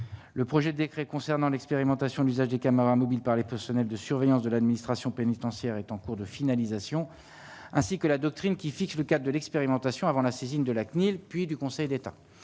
Le projet décret concernant l'expérimentation l'usage des caméras mobiles par les personnels de surveillance de l'administration pénitentiaire est en cours de finalisation, ainsi que la doctrine qui fixe le cap de l'expérimentation avant la saisine de la CNIL, puis du Conseil d'État,